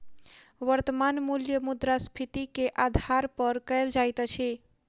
वर्त्तमान मूल्य मुद्रास्फीति के आधार पर कयल जाइत अछि